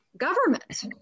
Government